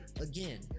again